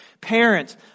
Parents